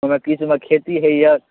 हमरा किछु ओहिमे खेती होइया